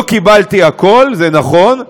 לא קיבלתי הכול, זה נכון.